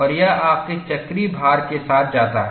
और यह आपके चक्रीय भार के साथ जाता है